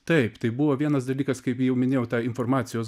taip tai buvo vienas dalykas kaip jau minėjau ta informacijos